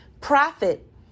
profit